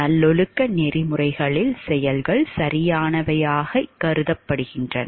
நல்லொழுக்க நெறிமுறைகளில் செயல்கள் சரியானவையாகக் கருதப்படுகின்றன